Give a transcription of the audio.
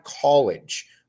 College